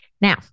Now